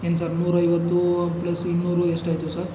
ಏನು ಸರ್ ನೂರೈವತ್ತು ಪ್ಲಸ್ ಇನ್ನೂರು ಎಷ್ಟಾಯ್ತು ಸರ್